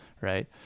right